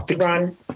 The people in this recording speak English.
run